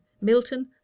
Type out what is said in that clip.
Milton